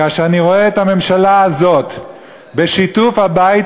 כאשר אני רואה את הממשלה הזאת בשיתוף הבית